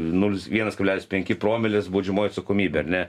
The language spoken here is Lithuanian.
nulis vienas kablelis penki promilės baudžiamoji atsakomybė ar ne